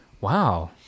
Wow